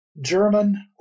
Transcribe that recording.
German